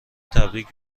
تبریک